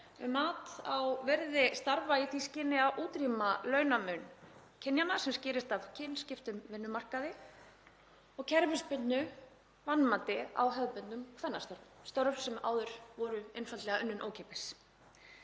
um mat á virði starfa í því skyni að útrýma launamun kynjanna sem skýrist af kynskiptum vinnumarkaði og kerfisbundnu vanmati á hefðbundnum kvennastörfum, störfum sem áður voru einfaldlega unnin ókeypis.